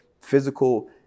physical